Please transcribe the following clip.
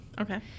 okay